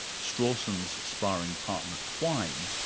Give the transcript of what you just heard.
strawson's sparring partner, quine,